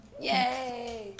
Yay